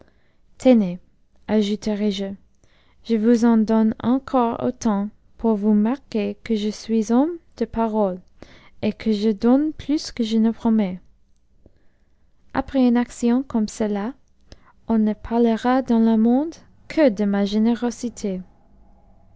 tenez ajouterai je je vous en donne encore autan pour vous marque que je suis h mnmc de parotc et que je donne plus que je ne promets après une action comme celle-là ou ne parfera dans le monde que de ma générosité